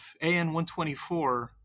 AN-124